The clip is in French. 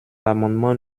l’amendement